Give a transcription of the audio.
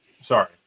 Sorry